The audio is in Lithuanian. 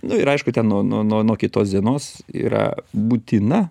nu ir aišku ten nuo nuo nuo nuo kitos dienos yra būtina